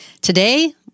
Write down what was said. Today